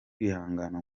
wihangana